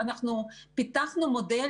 פיתחנו מודל,